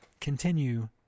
continue